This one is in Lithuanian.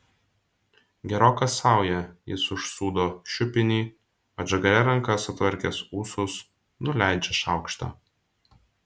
geroka sauja jis užsūdo šiupinį atžagaria ranka sutvarkęs ūsus nuleidžia šaukštą